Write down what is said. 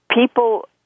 people